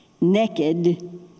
naked